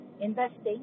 investing